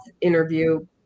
interview